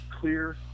clear